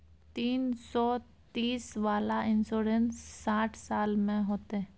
तीन सौ तीस वाला इन्सुरेंस साठ साल में होतै?